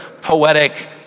poetic